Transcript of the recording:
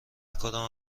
کدام